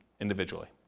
individually